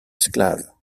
esclave